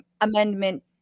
Amendment